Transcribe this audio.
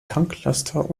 tanklaster